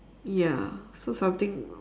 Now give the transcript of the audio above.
ya so something